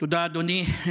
תודה, אדוני.